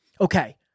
okay